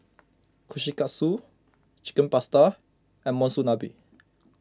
Kushikatsu Chicken Pasta and Monsunabe